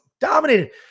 dominated